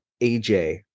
aj